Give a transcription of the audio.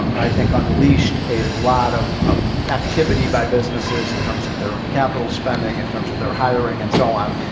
um i think, unleashed a lot of um activity by businesses in terms of their capital spending, in terms of their hiring, and so on.